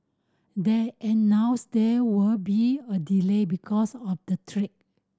they announced there were be a delay because of the track